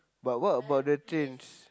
but what about the trains